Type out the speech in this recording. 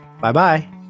Bye-bye